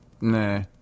Nah